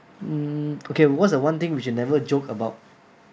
mm okay what's the one thing we should never joke about